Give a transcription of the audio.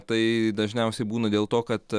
tai dažniausiai būna dėl to kad